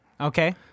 Okay